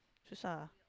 susah